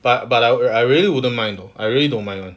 but but like I really wouldn't mind though I really don't mind [one]